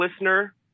listener